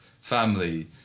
family